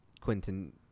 Quentin